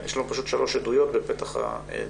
יש לנו שלוש עדויות בפתח הדיון.